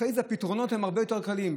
אחרי זה הפתרונות הם הרבה יותר קלים.